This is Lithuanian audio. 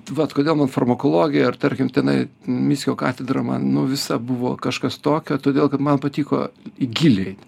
vat kodėl man farmakologija ir tarkim tenai mickio katedrą man nu visa buvo kažkas tokio todėl kad man patiko į gylį eit